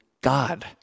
God